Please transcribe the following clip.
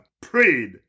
prayed